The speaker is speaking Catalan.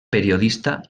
periodista